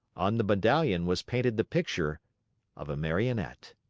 on the medallion was painted the picture of a marionette.